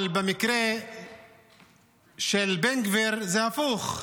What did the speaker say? אבל במקרה של בן גביר, זה הפוך.